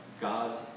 God's